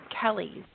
Kelly's